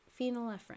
phenylephrine